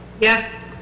Yes